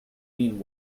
mean